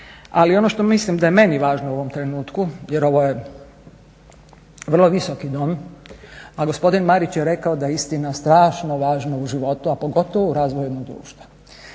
Ali ono što mislim da je meni važno u ovom trenutku jer ovo je vrlo Visoki dom, a gospodin Marić je rekao da je istina strašno važna u životu a pogotovo u razvoju jednog društva.